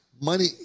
money